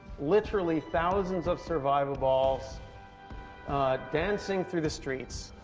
literally, thousands of survivaballs dancing through the streets.